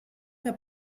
que